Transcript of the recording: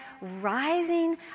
rising